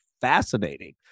fascinating